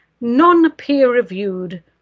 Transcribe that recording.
non-peer-reviewed